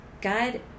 God